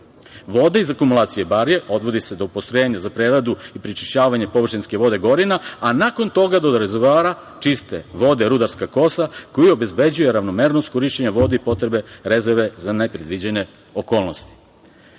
iz akumulacije „Barije“ odvodi se do postrojenja za preradu i prečišćavanje površinske vode „Gorina“, a nakon toga do rezervoara čiste vode „Rudarska kosa“ koja obezbeđuje ravnomernost korišćenja vode i potrebne rezerve za nepredviđene okolnosti. Dame